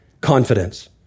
confidence